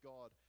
God